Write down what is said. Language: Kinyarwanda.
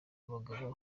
abagabo